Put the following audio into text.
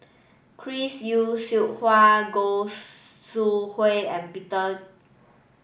Chris Yeo Siew Hua Goi Seng Hui and Peter